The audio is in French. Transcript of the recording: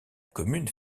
commune